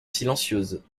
silencieuse